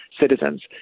citizens